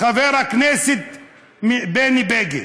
חבר הכנסת בני בגין.